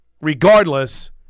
regardless